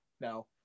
no